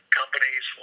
companies